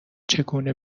چگونه